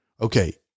okay